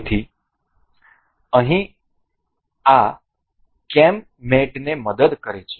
તેથી અહીં આ કેમ મેટને મદદ કરે છે